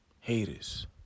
haters